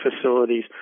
facilities